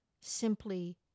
simply